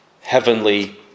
heavenly